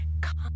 come